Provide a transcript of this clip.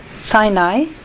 Sinai